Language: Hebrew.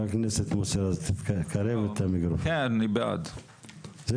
אני בעד.